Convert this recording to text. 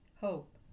hope